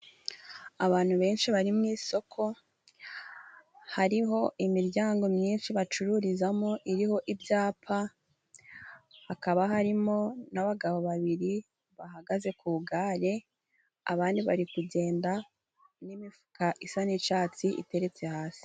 Abantu benshi bari mu isoko hariho imiryango myinshi bacururizamo iriho ibyapa, hakaba harimo n'abagabo babiri bahagaze ku igare, abandi bari kugenda n'imifuka isa n'icatsi iteretse hasi.